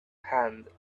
hand